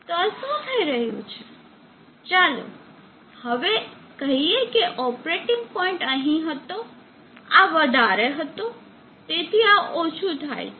તો શું થઈ રહ્યું છે ચાલો હવે કહીએ કે ઓપરેટિંગ પોઇન્ટ અહીં હતો આ વધારે હતો તેથી આ ઓછું થાય છે